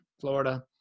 Florida